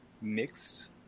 mixed